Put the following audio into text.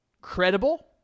credible